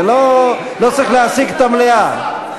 זה לא צריך להעסיק את המליאה.